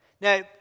Now